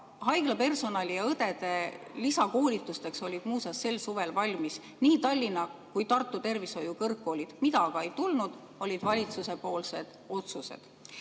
Haiglapersonali ja õdede lisakoolitusteks olid muuseas sel suvel valmis nii Tallinna kui ka Tartu tervishoiu kõrgkoolid. Mida aga ei tulnud, olid valitsuse otsused.